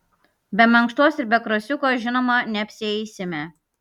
be mankštos ir be krosiuko žinoma neapsieisime